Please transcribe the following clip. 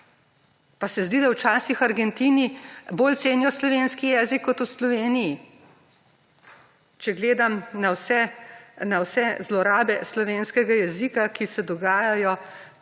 Se zdi, da včasih v Argentini bolj cenijo slovenskih jezik kot v Sloveniji, če gledam na vse zlorabe slovenskega jezika, ki se dogajajo